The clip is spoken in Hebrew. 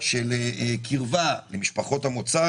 של קירבה למשפחות המוצא,